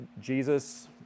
Jesus